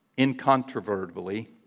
Incontrovertibly